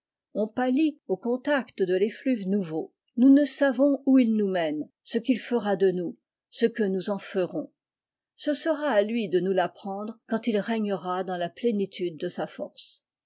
ont pâli au contact de l'effluve nouveau nous ne savons où il nous mène ce qu'il fera de nous ce que nous en ferons ce sera à lui de nous l'apprendre quand il régnei dans la plénitude de sa force